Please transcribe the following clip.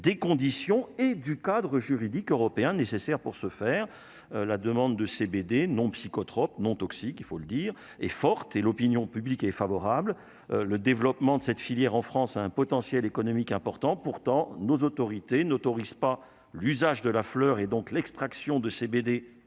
des conditions et du cadre juridique européen nécessaire pour se faire la demande de CBD non psychotrope non toxique, il faut le dire et forte et l'opinion publique est favorable, le développement de cette filière en France a un potentiel économique important pourtant nos autorités n'autorise pas l'usage de la fleur, et donc l'extraction de CBD